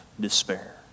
despair